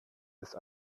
ist